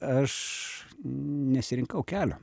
aš nesirinkau kelio